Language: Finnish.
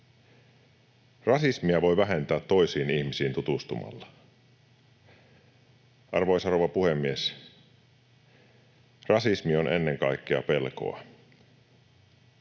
Rasismia voi vähentää toisiin ihmisiin tutustumalla. Arvoisa rouva puhemies! Rasismi on ennen kaikkea pelkoa,